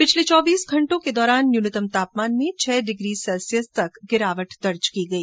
पिछले चौबीस घंटों के दौरान न्यूनतम तापमान में छह डिग्री सेल्सियस तक गिरावट दर्ज की गई